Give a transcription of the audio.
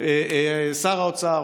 שר האוצר,